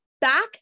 back